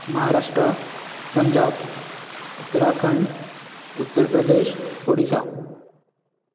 Maharashtra Punjab Uttarakhand Uttar Pradesh Odisha